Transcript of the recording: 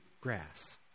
grass